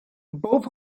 both